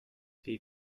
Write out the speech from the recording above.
wie